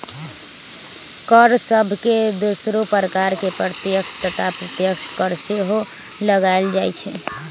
कर सभके दोसरो प्रकार में प्रत्यक्ष तथा अप्रत्यक्ष कर सेहो लगाएल जाइ छइ